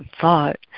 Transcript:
thought